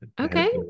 Okay